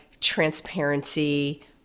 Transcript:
transparency